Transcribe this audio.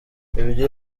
ibyo